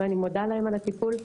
ואני מודה להם על הטיפול.